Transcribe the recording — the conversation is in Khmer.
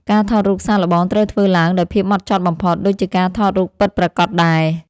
ការថតរូបសាកល្បងត្រូវធ្វើឡើងដោយភាពហ្មត់ចត់បំផុត ដូចជាការថតរូបពិតប្រាកដដែរ។